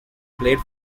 played